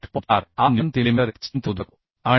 48 newton प्रति millimetre इतकी strength शोधू शकतो